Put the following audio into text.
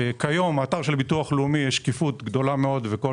כיום באתר הביטוח הלאומי יש שקיפות גדולה מאוד וכל